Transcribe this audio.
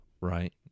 Right